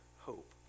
hope